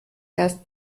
erst